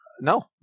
No